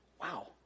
Wow